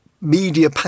media